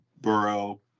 borough